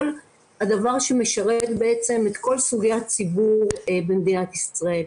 הדבר שמשרת את כל סוגי הציבור במדינת ישראל.